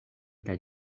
kaj